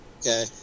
Okay